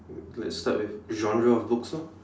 let's start with genre of books lor